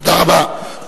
תודה רבה.